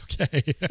Okay